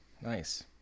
Nice